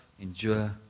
endure